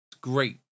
great